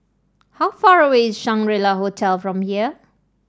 how far away is Shangri La Hotel from here